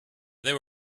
there